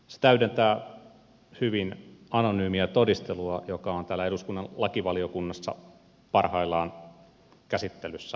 ne täydentävät hyvin anonyymiä todistelua joka on täällä eduskunnan lakivaliokunnassa parhaillaan käsittelyssä